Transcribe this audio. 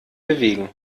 bewegen